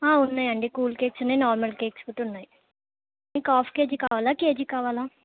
ఉన్నాయండి cool cakes ఉన్నాయి normal cakes కూడా ఉన్నాయి మీకు హాఫ్ కేజీ కావాలా కేజీ కావాలా